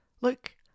look